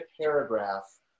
paragraph